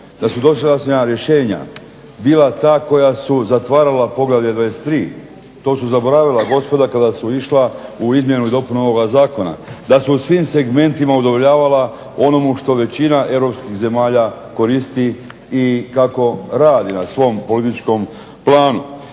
da su dosadašnja rješenja bila ta koja su zatvarala poglavlje 23. To su zaboravila gospoda kada su išla u izmjenu i dopunu ovoga Zakona, da su u svim segmentima udovoljavala onomu što većina europskih zemalja koristi i kako radi na svom političkom planu.